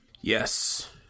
Yes